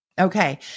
Okay